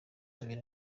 abiri